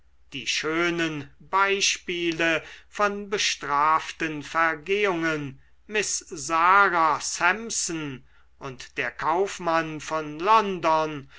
die schönen beispiele von bestraften vergehungen miß sara sampson und der kaufmann von london